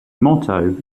motto